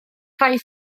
rhai